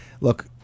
Look